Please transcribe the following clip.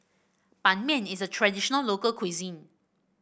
Ban Mian is a traditional local cuisine